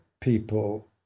people